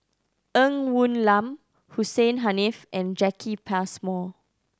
Ng Woon Lam Hussein Haniff and Jacki Passmore